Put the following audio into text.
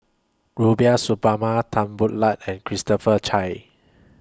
Rubiah Suparman Tan Boo Liat and Christopher Chia